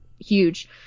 huge